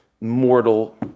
mortal